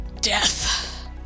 death